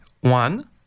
one